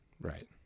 Right